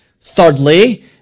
Thirdly